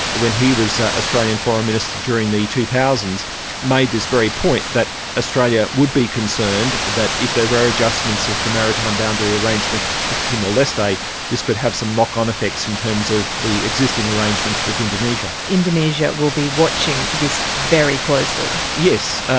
when he was australian foreign minister during the two thousand s made this very point, that australia would be concerned that if there were adjustments of the maritime boundary arrangements with timor-leste, this could have some knock-on effects in terms of the existing arrangements with indonesia. indonesia will be watching this very closely. yes,